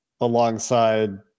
alongside